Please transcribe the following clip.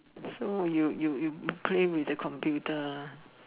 so you you you play with the computer ah